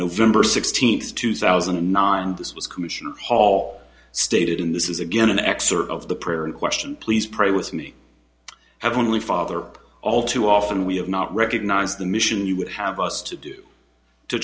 november sixteenth two thousand and nine and this was commissioner paul stated in this is again an excerpt of the prayer in question please pray with me have only father all too often we have not recognized the mission you would have us to do to